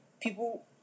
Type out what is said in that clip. people